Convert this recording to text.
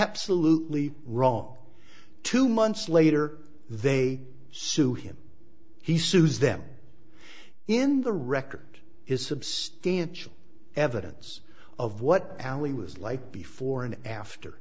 salute lee wrong two months later they sue him he sues them in the record is substantial evidence of what alley was like before and after